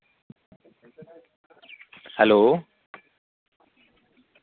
hello